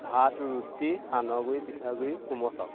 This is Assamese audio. ভাত ৰুটি সান্দহ গুৰি পিঠাগুড়ি কোমল চাউল